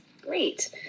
Great